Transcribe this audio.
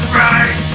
right